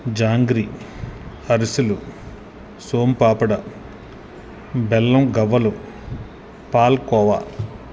జాంగ్రీ అరిసెలు సొన్పాపిడి బెల్లం గవ్వలు పాల్కోవా